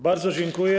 Bardzo dziękuję.